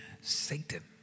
Satan